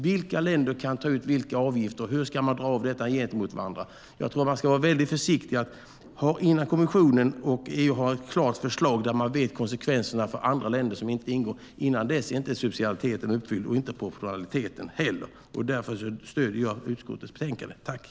Vilka länder kan ta ut vilka avgifter? Hur ska man dra av detta gentemot varandra? Jag tror att vi ska vara väldigt försiktiga innan kommissionen och EU har ett klart förslag där vi vet konsekvenserna för länder som inte ingår. Innan dess är inte subsidiariteten uppfylld och inte proportionaliteten heller. Därför stöder jag förslaget i utskottets utlåtande.